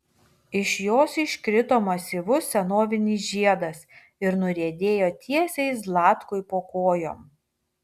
iš jos iškrito masyvus senovinis žiedas ir nuriedėjo tiesiai zlatkui po kojom